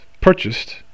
purchased